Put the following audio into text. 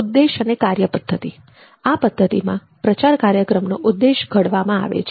ઉદ્દેશ અને કાર્યપદ્ધતિ આ પદ્ધતિમાં પ્રચાર કાર્યક્રમનો ઉદ્દેશ ઘડવામાં આવે છે